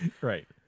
Right